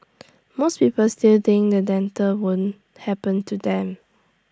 most people still think the won't happen to them